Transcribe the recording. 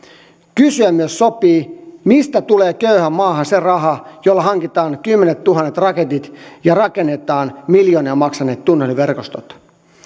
kysyä myös sopii mistä tulee köyhään maahan se raha jolla hankitaan kymmenettuhannet raketit ja rakennetaan miljoonia maksaneet tunneliverkostot